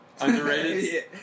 underrated